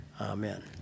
Amen